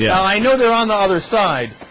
yeah i know there on the other side